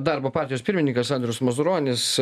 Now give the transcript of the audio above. darbo partijos pirmininkas andrius mazuronis